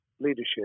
leadership